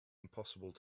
impossible